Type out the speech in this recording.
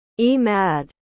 EMAD